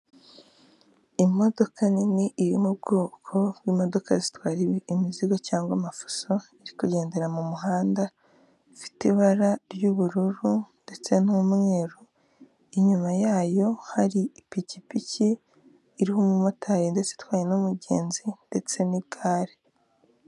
Imodoka nini iri mu bwoko bw'imodoka zitwara imizigo cyangwa amafuso iri kugendera mu muhanda ifite ibara ry'ubururu ndetse n'umweru, inyuma yayo hari ipikipiki iriho umumotari ndetse itwaye n'umugenzi ndetse n'igare.